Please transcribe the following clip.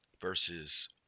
versus